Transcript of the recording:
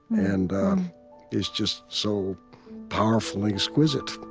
and it's just so powerfully exquisite